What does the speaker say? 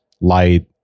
light